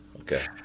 okay